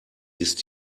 ist